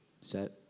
Set